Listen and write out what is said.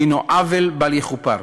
הוא עוול בל יכופר.